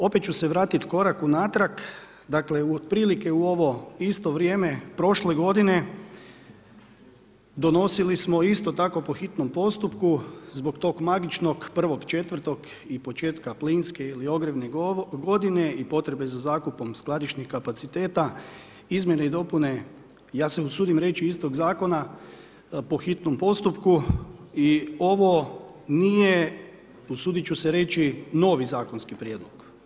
Opet ću se vratiti korak unatrag, dakle otprilike u ovo isto vrijeme prošle godine donosili smo isto tako po hitnom postupku zbog tog magičnog 1. 4. i početka plinske ili ogrjevne godine i potrebe za zakupom skladišnih kapaciteta, izmjene i dopune, ja se usudim reći, istog zakona po hitnom postupku i ovo nije usudit ću se reći, novi zakonski prijedlog.